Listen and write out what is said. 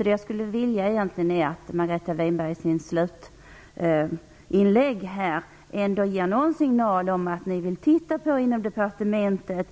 Det jag egentligen skulle vilja är att Margareta Winberg i sitt slutinlägg ger någon signal om att departementet vill titta på